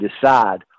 decide